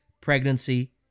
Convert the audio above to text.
Pregnancy